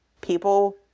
people